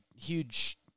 huge